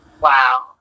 Wow